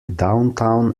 downtown